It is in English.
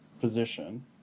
position